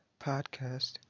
Podcast